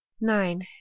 Nine